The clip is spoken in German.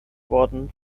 worden